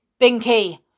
Binky